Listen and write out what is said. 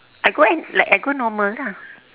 I go in like I go normal lah